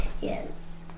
Yes